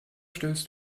stellst